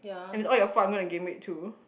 and it's all your fault I'm gonna gain weight too